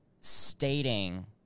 stating